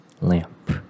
lamp